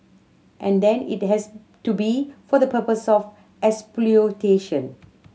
and then it has to be for the purpose of exploitation